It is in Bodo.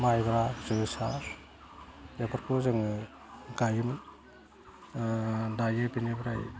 माइब्रा जोसा बेफोरखौ जोङो गायोमोन दायो बेनिफ्राय